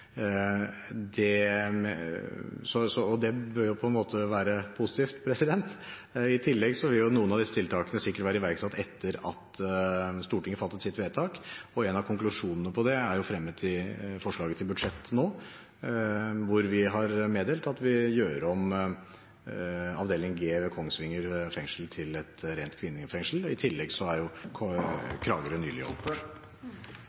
Det bør jo være positivt. I tillegg vil noen av disse tiltakene sikkert være iverksatt etter at Stortinget fattet sitt vedtak. En av konklusjonene på det er fremmet i forslaget til budsjett nå, hvor vi har meddelt at vi gjør om avdeling G ved Kongsvinger fengsel til et rent kvinnefengsel. I tillegg er Kragerø nylig opprettet. Takk for svaret. Eg ser at i den rapporten frå Kriminalomsorgsdirektoratet er